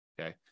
Okay